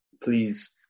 Please